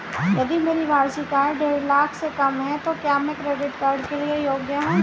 यदि मेरी वार्षिक आय देढ़ लाख से कम है तो क्या मैं क्रेडिट कार्ड के लिए योग्य हूँ?